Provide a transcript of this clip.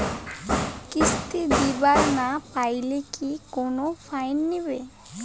কিস্তি দিবার না পাইলে কি কোনো ফাইন নিবে?